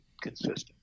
consistent